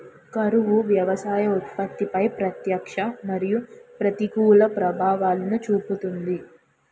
కరువు వ్యవసాయ ఉత్పత్తిపై ప్రత్యక్ష మరియు ప్రతికూల ప్రభావాలను చూపుతుంది